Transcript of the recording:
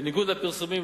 בניגוד לפרסומים,